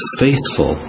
faithful